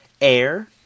Air